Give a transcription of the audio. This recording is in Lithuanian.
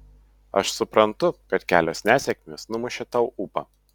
aš suprantu kad kelios nesėkmės numušė tau ūpą